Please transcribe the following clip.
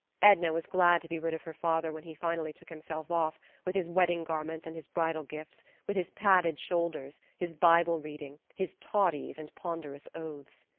edna was glad to be rid of her father when he finally took himself off with his wedding garments and his bridal gifts, with his padded shoulders, his bible reading, his toddies and ponderous oaths.